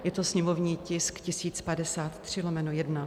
Je to sněmovní tisk 1053/1.